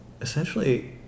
essentially